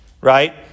right